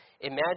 Imagine